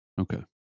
Okay